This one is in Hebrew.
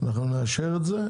אנחנו נאשר את זה,